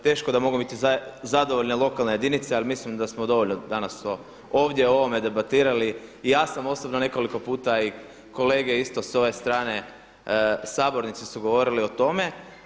Teško da mogu biti zadovoljne lokalne jedinice ali mislim da smo dovoljno danas ovdje o ovome debatirali i ja sam osobno nekoliko puta i kolege isto s ove strane sabornice su govorili o tome.